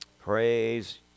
Praise